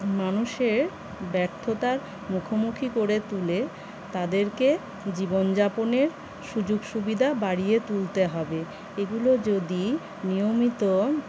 মানুষের ব্যর্থতার মুখোমুখি করে তুলে তাদেরকে জীবনযাপনের সুযোগ সুবিধা বাড়িয়ে তুলতে হবে এগুলো যদি নিয়মিত